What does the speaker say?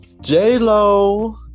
J-Lo